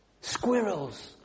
Squirrels